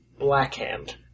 Blackhand